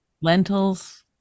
Lentils